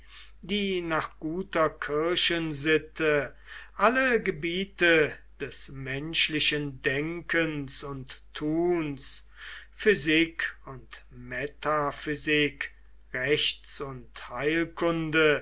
die nach guter kirchensitte alle gebiete des menschlichen denkens und tuns physik und metaphysik rechts und heilkunde